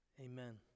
Amen